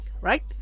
right